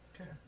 Okay